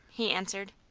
he answered.